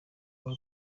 aho